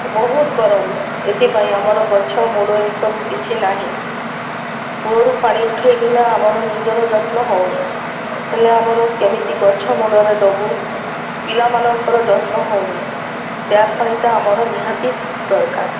ବହୁତ ଗରମ ଏଥିପାଇଁ ଆମର ଗଛ ମୂଳ ଏଇସବୁ କିଛି ନାହିଁ କୂଅରୁ ପାଣି ଉଠେଇକିନା ଆମର ନିଜର ଯତ୍ନ ହଉନି ହେଲେ ଆମର କେମିତି ଗଛ ମୂଳରେ ଦେବୁ ପିଲାମାନଙ୍କର ଯତ୍ନ ହଉନି ଟ୍ୟାପ୍ ପାଣିଟା ଆମର ନିହାତି ଦରକାର